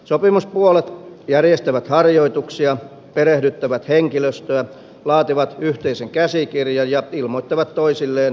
sopimuspuolet järjestävät harjoituksia perehdyttävät henkilöstöä laativat yhteisen käsikirjan ja ilmoittavat toisilleen yhteyspisteet